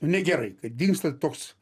negerai kad dingsta toks